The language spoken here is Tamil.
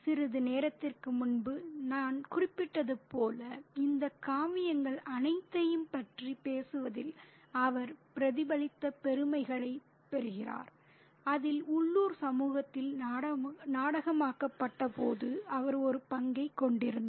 சிறிது நேரத்திற்கு முன்பு நான் குறிப்பிட்டது போல இந்த காவியங்கள் அனைத்தையும் பற்றி பேசுவதில் அவர் பிரதிபலித்த பெருமைகளைப் பெறுகிறார் அதில் உள்ளூர் சமூகத்தில் நாடகமாக்கப்பட்டபோது அவர் ஒரு பங்கைக் கொண்டிருந்தார்